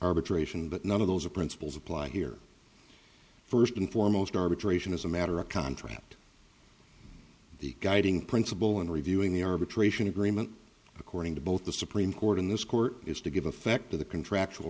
arbitration but none of those are principles apply here first and foremost arbitration as a matter of contract the guiding principle in reviewing the arbitration agreement according to both the supreme court in this court is to give effect to the contractual